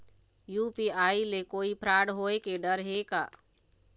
UPI ले कोई fraud होए के डर हे का?